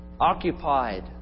occupied